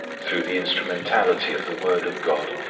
through the instrumentality of the word of god,